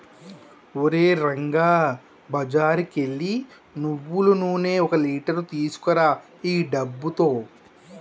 ఓరే రంగా బజారుకు ఎల్లి నువ్వులు నూనె ఒక లీటర్ తీసుకురా ఈ డబ్బుతో